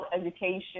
education